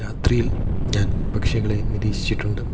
രാത്രിയിൽ ഞാൻ പക്ഷികളെ നിരീക്ഷിച്ചിട്ടുണ്ട്